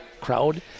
crowd